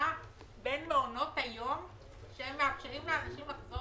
הבחירה בין מעונות היום שהם מאפשרים לאנשים לחזור